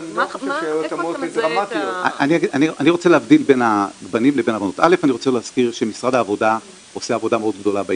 אני הייתי רוצה להגדיל את היקף המשרה שלי ואני לא מוצאת עבודה.